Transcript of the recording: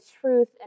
truth